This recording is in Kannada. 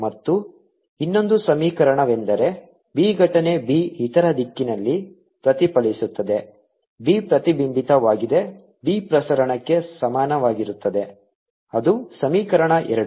ಮತ್ತು ಇನ್ನೊಂದು ಸಮೀಕರಣವೆಂದರೆ b ಘಟನೆ b ಇತರ ದಿಕ್ಕಿನಲ್ಲಿ ಪ್ರತಿಫಲಿಸುತ್ತದೆ b ಪ್ರತಿಬಿಂಬಿತವಾಗಿದೆ b ಪ್ರಸರಣಕ್ಕೆ ಸಮಾನವಾಗಿರುತ್ತದೆ ಅದು ಸಮೀಕರಣ ಎರಡು